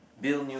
build new